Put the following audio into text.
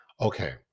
Okay